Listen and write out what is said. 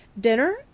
dinner